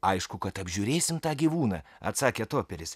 aišku kad apžiūrėsim tą gyvūną atsakė toperis